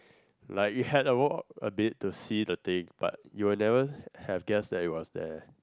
like you had a walk a bit to see the thing but you will never have have guessed that it was there